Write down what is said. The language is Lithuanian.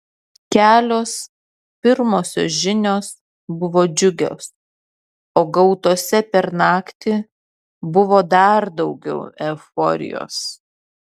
kelios pirmosios žinios buvo džiugios o gautose per naktį buvo dar daugiau euforijos